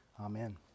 Amen